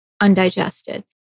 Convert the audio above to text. undigested